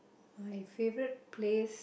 my favourite place